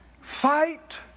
Fight